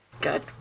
Good